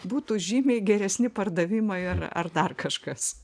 būtų žymiai geresni pardavimai ar ar dar kažkas